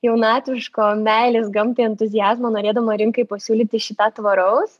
jaunatviško meilės gamtai entuziazmo norėdama rinkai pasiūlyti šį tą tvaraus